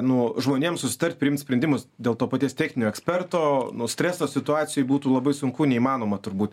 nu žmonėms susitarti priimti sprendimus dėl to paties techninio eksperto nu streso situacijoje būtų labai sunku neįmanoma turbūt